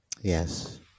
Yes